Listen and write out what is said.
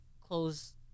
close